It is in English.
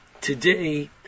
today